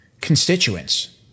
constituents